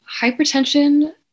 Hypertension